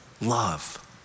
love